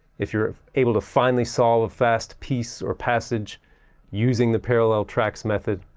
if you're able to finally solve a fast piece or passage using the parallel tracks method.